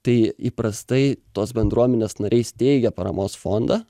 tai įprastai tos bendruomenės nariai steigia paramos fondą